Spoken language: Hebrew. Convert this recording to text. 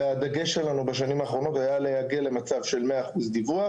והדגש שלנו בשנים האחרונים היה להגיע של 100% דיווח.